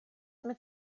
mit